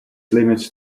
limits